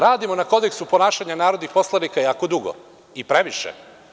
Radimo na kodeksu ponašanja narodnih poslanika jako dugo, i previše.